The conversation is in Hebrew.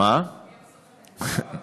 השר